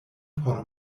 por